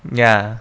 ya